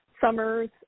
summers